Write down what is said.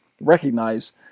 recognize